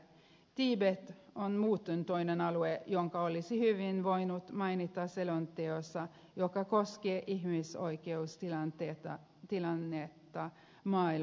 tiibet on muuten toinen alue jonka olisi hyvin voinut mainita selonteossa joka koskee ihmisoikeustilannetta maailmassa